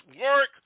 work